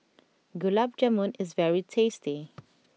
Gulab Jamun is very tasty